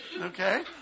Okay